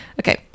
Okay